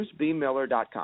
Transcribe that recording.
BruceBMiller.com